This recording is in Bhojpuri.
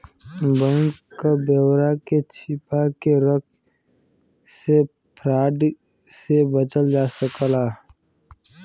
बैंक क ब्यौरा के छिपा के रख से फ्रॉड से बचल जा सकला